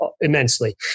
immensely